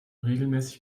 regelmäßig